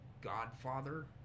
godfather